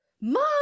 mom